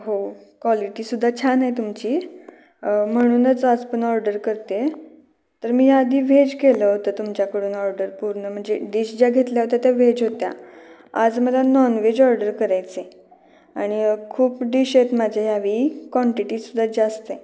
हो क्वालिटीसुद्धा छान आहे तुमची म्हणूनच आज पण ऑर्डर करतेय तर मी आधी व्हेज केलं होतं तुमच्याकडनं ऑर्डर पूर्ण म्हणजे डिश ज्या घेतल्या होत्या त्या व्हेज होत्या आज मला नॉनव्हेज ऑर्डर करायचं आहे आणि खूप डिश आहेत माझे या वेळी क्वॉन्टिटीसुद्धा जास्त आहे